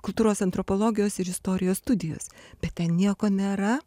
kultūros antropologijos ir istorijos studijas bet ten nieko nėra